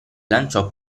lanciò